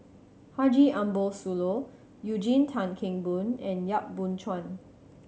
Haji Ambo Sooloh Eugene Tan Kheng Boon and Yap Boon Chuan